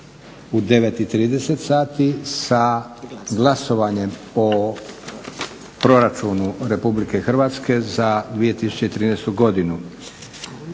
u 9,30 sati sa glasovanjem o Proračunu Republike Hrvatske za 2013. godinu.